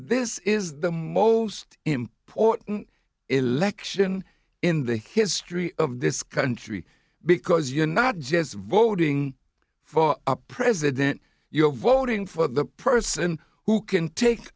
this is the most important election in the history of this country because you're not just voting for a president you're voting for the person who can take